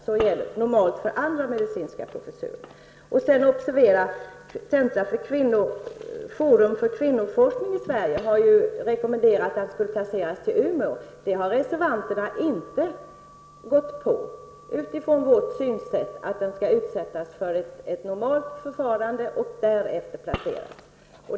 Så gäller normalt för alla medicinska professurer. Observera att Forum för kvinnoforskning i Sverige har rekommenderat att professuren skulle placeras i Umeå. Det har reservanterna inte gått på, utifrån vårt synsätt att den skall utsättas för ett normalt förfarande och därefter placeras.